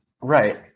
Right